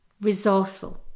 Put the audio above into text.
resourceful